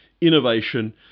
innovation